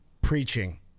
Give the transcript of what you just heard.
preaching